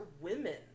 women